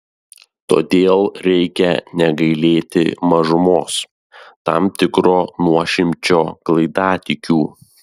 todėl reikia negailėti mažumos tam tikro nuošimčio klaidatikių